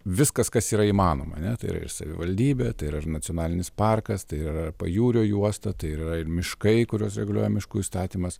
viskas kas yra įmanoma ane tai yra ir savivaldybė tai yra ir nacionalinis parkas tai yra pajūrio juosta tai yra ir miškai kuriuos reguliuoja miškų įstatymas